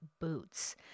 boots